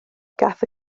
gaeth